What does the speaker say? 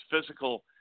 physical